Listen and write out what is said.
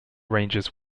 rangers